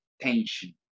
tension